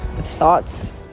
thoughts